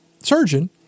surgeon